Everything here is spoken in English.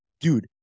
Dude